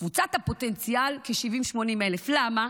קבוצת הפוטנציאל ,כ-70,000, 80,000. למה?